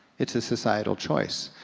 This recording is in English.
it's a societal choice.